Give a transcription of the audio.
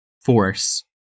force